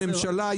הממשלה,